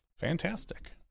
Fantastic